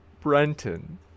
Brenton